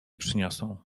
przyniosą